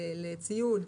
לציוד,